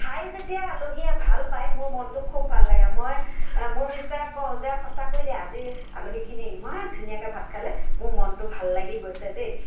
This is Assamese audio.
খায় যেতিয়া আলহীয়ে ভাল পায় মোৰ মনটো খুব ভাল লাগে মই মোৰ মিষ্টাৰক কওঁ যে সঁচাকৈ দেই আজি আলহীখিনিয়ে ইমান ধুনীয়াকৈ ভাত খালে মোৰ মনটো ভাল লাগি গৈছে দেই